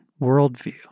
worldview